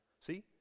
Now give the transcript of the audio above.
See